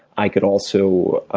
i could also